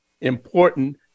important